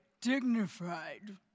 dignified